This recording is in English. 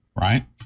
right